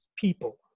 people